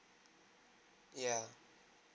yeah